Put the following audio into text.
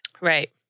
Right